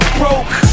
broke